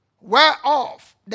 Whereof